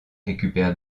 récupère